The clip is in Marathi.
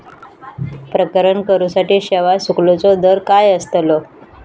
प्रकरण करूसाठी सेवा शुल्काचो दर काय अस्तलो?